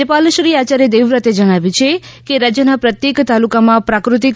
રાજ્યપાલશ્રી આચાર્ય દેવવ્રતે જણાવ્યું છે કે રાજ્યના પ્રત્યેક તાલુકામાં પ્રાકૃતિક